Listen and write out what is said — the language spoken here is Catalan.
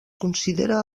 considera